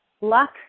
Luck